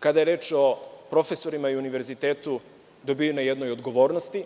Kada je reč o profesorima i univerzitetu, dobijeno je na jednoj odgovornosti.